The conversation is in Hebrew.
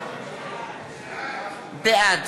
בעד